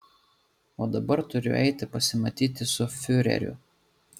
o dabar turiu eiti pasimatyti su fiureriu